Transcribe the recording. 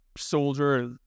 Soldier